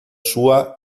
sua